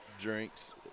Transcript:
drinks